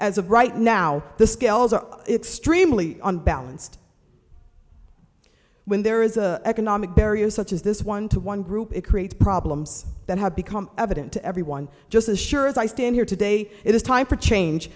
as of right now the scales are extremely unbalanced when there is an economic barriers such as this one to one group it creates problems that have become evident to everyone just as sure as i stand here today it is time for change